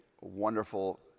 wonderful